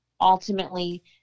Ultimately